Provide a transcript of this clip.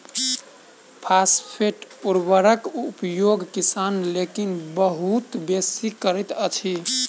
phosphate उर्वरकक उपयोग किसान लोकनि बहुत बेसी करैत छथि